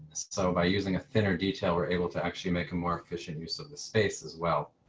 so by using a thinner detail, we're able to actually make them more efficient use of the space as well.